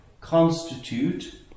constitute